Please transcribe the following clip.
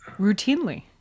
Routinely